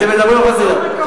אתם מדברים מחוסר ידיעה.